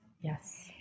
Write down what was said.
yes